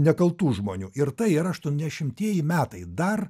nekaltų žmonių ir tai yra aštuoni šimtieji metai dar